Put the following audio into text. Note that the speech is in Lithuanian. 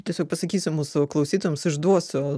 tiesiog pasakysiu mūsų klausytojams išduosiu